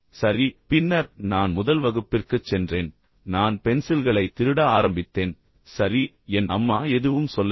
சரி பின்னர் நான் முதல் வகுப்பிற்குச் சென்றேன் நான் பென்சில்களைத் திருட ஆரம்பித்தேன் சரி என் அம்மா எதுவும் சொல்லவில்லை